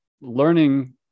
learning